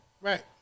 Right